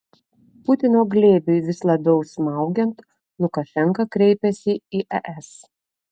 putino glėbiui vis labiau smaugiant lukašenka kreipiasi į es